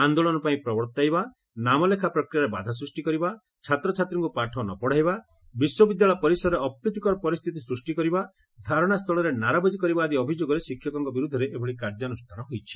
ଆନ୍ଦୋଳନ ପାଇଁ ପ୍ରବର୍ତ୍ତାଇବା ନାମଲେଖା ପ୍ରକ୍ରିୟାରେ ବାଧା ସୂଷି କରିବା ଛାତ୍ରଛାତ୍ରୀଙ୍କୁ ପାଠ ନ ପତାଇବା ବିଶ୍ୱବିଦ୍ୟାଳୟ ପରିସରରେ ଅପ୍ରୀତିକର ପରିସ୍ତିତି ସୃଷି କରିବା ଧାରଣାସ୍ତୁଳରେ ନାରାବାଜି କରିବା ଆଦି ଅଭିଯୋଗରେ ଶିକ୍ଷକଙ୍କ ବିରୋଧରେ ଏଭଳି କାର୍ଯ୍ୟାନୁଷ୍ଠାନ ହୋଇଛି